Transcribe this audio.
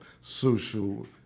social